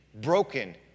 broken